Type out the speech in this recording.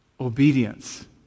Obedience